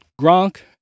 Gronk